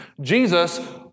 Jesus